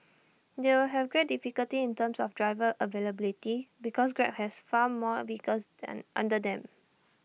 they will have great difficulty in terms of driver availability because grab has far more vehicles then under them